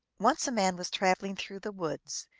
once a man was traveling through the woods,